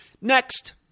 Next